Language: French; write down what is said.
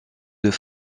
deux